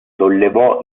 sollevò